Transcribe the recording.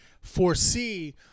foresee